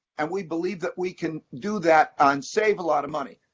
and we believe that we can do that and save a lot of money,